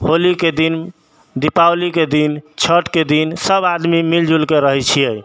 होलीके दिन दीपावलीके दिन छठके दिन सब आदमी मिलजुलके रहै छिए